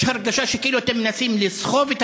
יש הרגשה שכאילו אתם מנסים לסחוב את